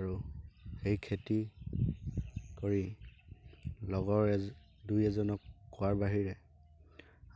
আৰু এই খেতি কৰি লগৰ এজ দুই এজনক কোৱাৰ বাহিৰে